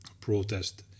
protest